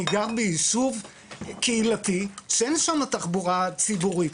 אני גר ביישוב קהילתי שאין שם תחבורה ציבורית.